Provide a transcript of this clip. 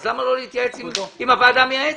אם כן, למה לא להתייעץ עם הוועדה המייעצת?